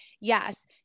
yes